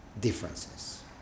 differences